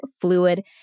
fluid